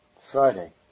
Friday